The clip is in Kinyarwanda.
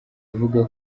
avuga